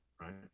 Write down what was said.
Right